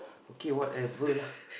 okay whatever lah